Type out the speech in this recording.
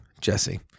Jesse